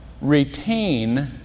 retain